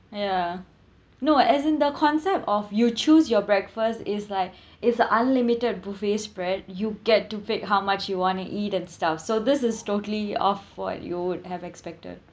ya no as in the concept of you choose your breakfast is like is unlimited buffet spread you get to pick how much you want to eat and stuff so this is totally off what you would have expected